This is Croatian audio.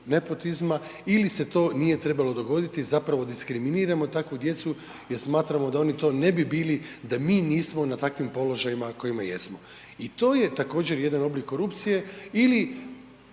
nepotizma ili se to nije trebalo dogoditi, zapravo diskriminiramo takvu djecu jer smatramo da oni to ne bi bili da mi nismo na takvim položajima na kojima jesmo. I to je također jedan oblik korupcije ili